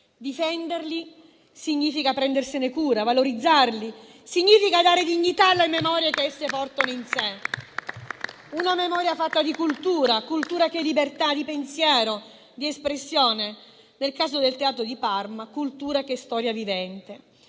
Difenderli significa prendersene cura e valorizzarli. Significa dare dignità alla memoria che esse portano in sé. Una memoria fatta di cultura; cultura che è libertà di pensiero, di espressione e, nel caso del teatro di Parma, cultura che è storia vivente.